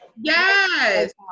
Yes